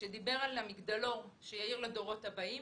שדיבר על המגדלור שיאיר לדורות הבאים.